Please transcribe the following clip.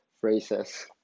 phrases